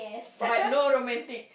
but no romantic